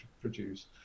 produce